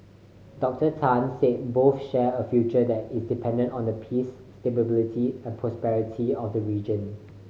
Doctor Tan said both share a future that is dependent on the peace stability and prosperity of the region